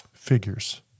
figures